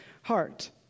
heart